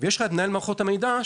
ויש את מנהל מערכות המידע,